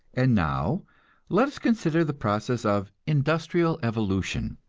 and now let us consider the process of industrial evolution.